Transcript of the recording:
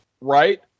right